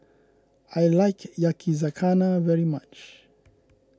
I like Yakizakana very much